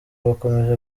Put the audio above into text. bakomeje